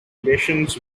relations